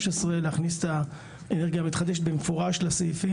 להכניס את האנרגיה המתחדשת לסעיפים במפורש,